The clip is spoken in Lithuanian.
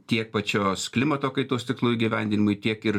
tiek pačios klimato kaitos tikslų įgyvendinimui tiek ir